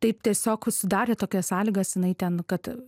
taip tiesiog sudarė tokias sąlygas jinai ten kad